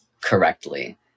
correctly